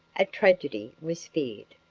a tragedy was feared.